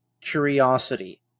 curiosity